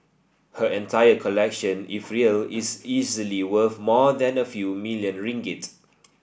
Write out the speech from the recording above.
her entire collection if real is easily worth more than a few million ringgit